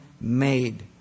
made